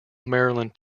maryland